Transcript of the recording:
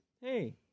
hey